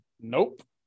Nope